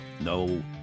no